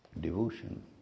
devotion